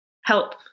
help